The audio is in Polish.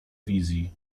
wizji